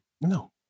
no